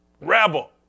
rebel